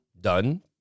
done